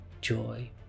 joy